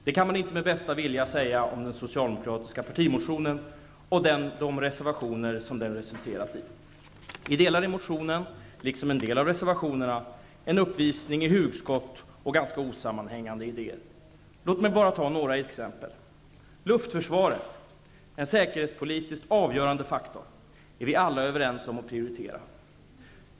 Det kan man inte med bästa vilja säga om den socialdemokratiska partimotionen och de reservationer som den resulterat i. I delar är motionen, liksom en del av reservationerna, en uppvisning i hugskott och ganska osammanhängande idéer. Låt mig bara ta några exempel. Luftförsvaret, en säkerhetspolitiskt avgörande faktor, är vi alla överens om att prioritera.